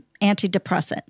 antidepressant